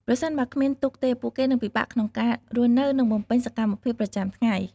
ប្រសិនបើគ្មានទូកទេ ពួកគេនឹងពិបាកក្នុងការរស់នៅនិងបំពេញសកម្មភាពប្រចាំថ្ងៃ។